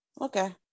Okay